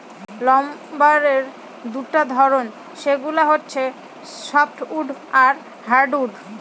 লাম্বারের দুটা ধরন, সেগুলো হচ্ছে সফ্টউড আর হার্ডউড